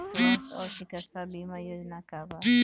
स्वस्थ और चिकित्सा बीमा योजना का बा?